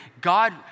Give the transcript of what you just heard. God